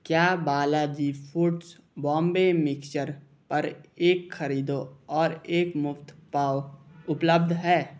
क्या Balaji foods Bombay mixture पर एक खरीदो और एक मुफ्त पाओ उपलब्ध है